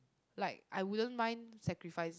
like I wouldn't mind sacrificing